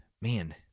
Man